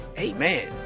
Amen